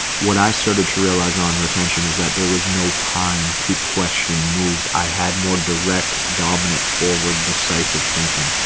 what i started to realize on retention is that there was no time to question moves, i had more direct dominant forward decisive thinking.